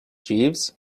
jeeves